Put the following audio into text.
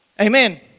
Amen